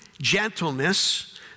gentleness